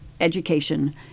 education